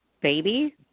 baby